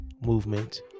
movement